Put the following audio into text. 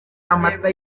amata